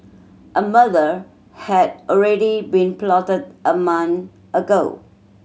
a murder had already been plotted a month ago